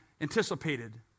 anticipated